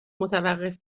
متوقف